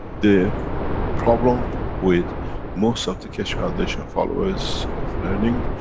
the problem with most of the keshe foundation followers of learning,